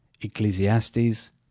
Ecclesiastes